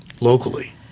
locally